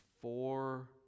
four